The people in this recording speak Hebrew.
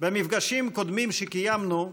במפגשים קודמים שקיימנו,